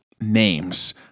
names